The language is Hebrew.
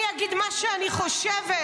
אני אגיד מה שאני חושבת.